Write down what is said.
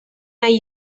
nahi